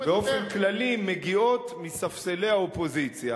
באופן כללי מגיעות מספסלי האופוזיציה,